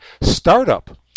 startup